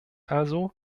also